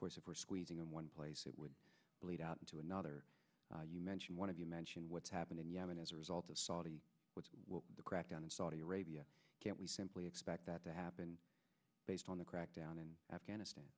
course if we're squeezing in one place it would lead to another you mentioned one of you mentioned what's happened in yemen as a result of saudi which is the crackdown in saudi arabia can't we simply expect that to happen based on the crackdown in afghanistan